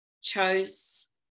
chose